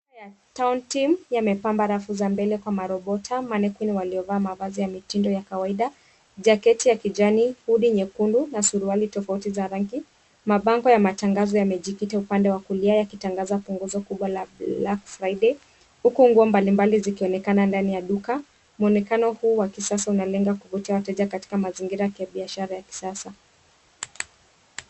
Town Team yamepamba rafu za mbele kwa marobota, mannequin waliovaa mavazi ya mitindo ya kawaida, jacketi ya kijani, hoodie nyekundu na suruali tofauti za rangi. Mabango ya matangazo yamejikita upande wa kulia yakitangaza punguzo kubwa la Black Friday , huku nguo mbalimbali zikionekana ndani ya duka. Muonekano huu wa kisasa unalenga kuvutia wateja katika mazingira ya kibiashara ya kisasa.